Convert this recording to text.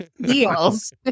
deals